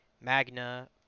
Magna